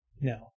no